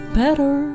better